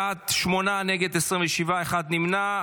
בעד, שמונה, נגד, 27, אחד נמנע.